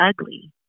ugly